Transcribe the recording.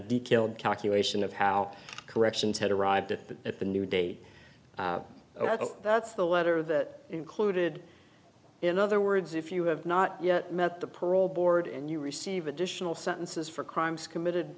detailed calculation of how corrections had arrived at the new date that's the letter that included in other words if you have not yet met the parole board and you receive additional sentences for crimes committed